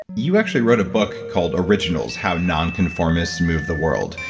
you actually wrote a book called originals how non-conformists move the world.